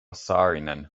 saarinen